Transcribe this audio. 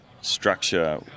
structure